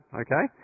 okay